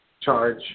charge